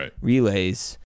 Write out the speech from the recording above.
relays